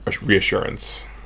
reassurance